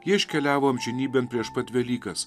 ji iškeliavo amžinybėn prieš pat velykas